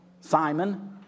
Simon